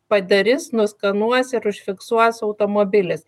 padaris nuskanuos ir užfiksuos automobilis